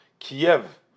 Kiev